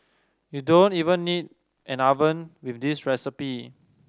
you don't even need an oven with this recipe